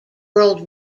world